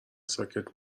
ساکت